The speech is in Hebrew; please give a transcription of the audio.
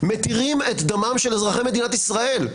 מתירים את דמם של אזרחי מדינת ישראל.